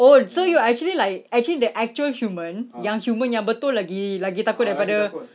oh so you're actually like actually the actual human yang human yang betul lagi lagi takut daripada